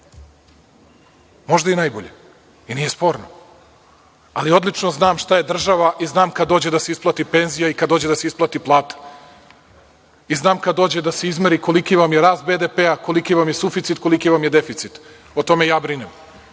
Možda i najbolje i nije sporno, ali odlično znam šta je država i odlično znam šta je država i kada dođe da se isplate penzije, plate i znam kada dođe da se izmeri koliki vam je rast BDP, koliki vam je suficit, koliki vam je deficit. O tome ja brinem.